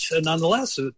Nonetheless